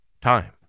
time